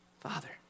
Father